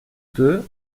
deux